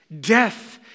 death